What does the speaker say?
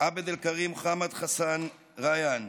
עבד אלכרים מוחמד חסן ריאן,